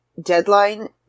deadline